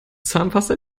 zahnpasta